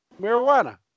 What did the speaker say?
marijuana